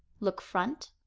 look front,